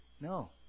No